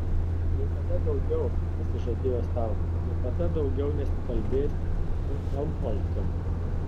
niekada daugiau pasižadėjo sau niekada daugiau nesikalbės su helmholcu